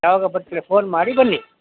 ಯಾವಾಗ ಬರ್ತೀರಾ ಫೋನ್ ಮಾಡಿ ಬನ್ನಿ